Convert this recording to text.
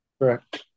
Correct